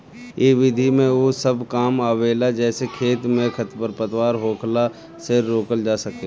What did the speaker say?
इ विधि में उ सब काम आवेला जेसे खेत में खरपतवार होखला से रोकल जा सके